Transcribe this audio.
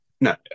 no